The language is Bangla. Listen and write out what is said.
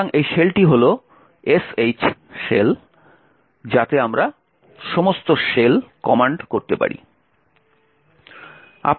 সুতরাং এই শেলটি হল sh শেল যাতে আমরা সমস্ত শেল কমান্ড করতে পারি